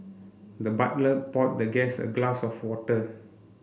the butler poured the guest a glass of water